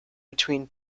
between